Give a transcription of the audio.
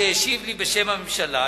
שהשיב לי בשם הממשלה,